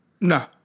No